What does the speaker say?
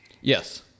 Yes